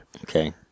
Okay